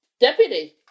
deputy